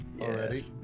already